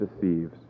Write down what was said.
deceives